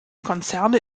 konzerne